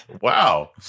Wow